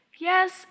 Yes